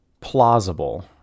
plausible